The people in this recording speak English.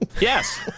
Yes